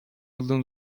yıldan